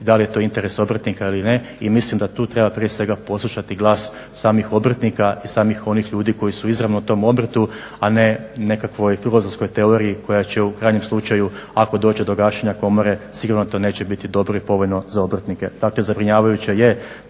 da li je to interes obrtnika ili ne i mislim da tu treba prije svega poslušati glas samih obrtnika i samih onih ljudi koji su izravno u tom obrtu, a ne nekakvoj filozofskoj teoriji koja će u krajnjem slučaju ako dođe do gašenja komore sigurno to neće biti dobro i povoljno za obrtnike. Dakle zabrinjavajuće je